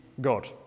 God